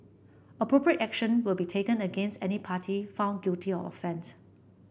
appropriate action will be taken against any party found guilty of offence